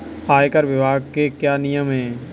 आयकर विभाग के क्या नियम हैं?